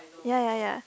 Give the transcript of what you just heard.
ya ya ya